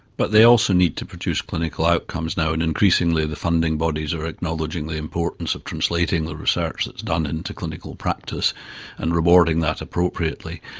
but they also need to produce clinical outcomes now, and increasingly the funding bodies are acknowledging the importance of translating the research that's done into clinical practice and rewarding that appropriately.